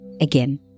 again